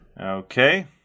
Okay